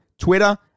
Twitter